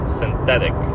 synthetic